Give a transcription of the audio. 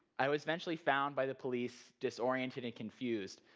i was eventually found by the police, disoriented and confused.